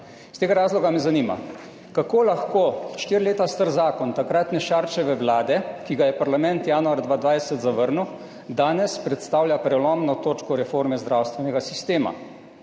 Iz tega razloga me zanima: Kako lahko štiri leta star zakon takratne Šarčeve vlade, ki ga je parlament januar 2020 zavrnil, danes predstavlja prelomno točko reforme zdravstvenega sistema?